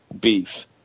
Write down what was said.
beef